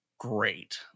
great